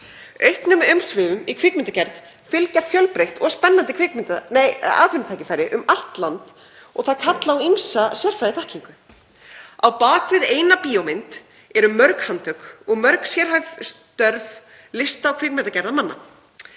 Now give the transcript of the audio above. Auknum umsvifum í kvikmyndagerð fylgja fjölbreytt og spennandi atvinnutækifæri um allt land og þau kalla á ýmsa sérfræðiþekkingu. Á bak við eina bíómynd eru mörg handtök og mörg sérhæfð störf lista- og kvikmyndagerðarmanna.